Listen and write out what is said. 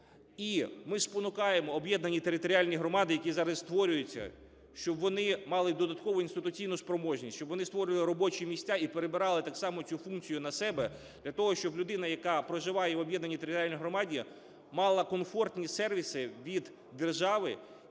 І ми спонукаємо об'єднані територіальні громади, які зараз створюються, щоб вони мали додаткову інституційну спроможність, щоб вони створювали робочі місця і перебирали так само цю функцію на себе для того, щоб людина, яка проживає в об'єднаній територіальній громаді, мала комфортні сервіси від держави